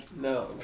No